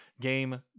game